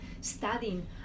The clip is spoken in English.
studying